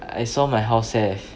I saw my house have